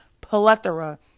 plethora